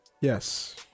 Yes